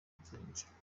ubwigenge